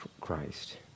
Christ